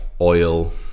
oil